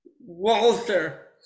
Walter